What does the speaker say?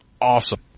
awesome